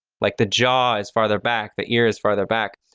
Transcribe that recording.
like the jaw is farther back, the ear is farther back.